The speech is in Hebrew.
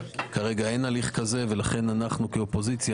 כרגע אין הליך כזה ולכן אנחנו כאופוזיציה